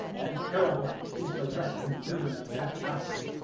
and terrible is the wreck and ruin of that house.